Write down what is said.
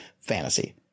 fantasy